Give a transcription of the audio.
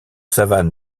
savanes